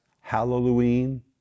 Halloween